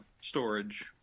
storage